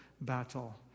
battle